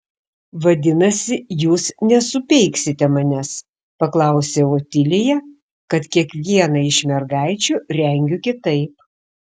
vadinasi jūs nesupeiksite manęs paklausė otilija kad kiekvieną iš mergaičių rengiu kitaip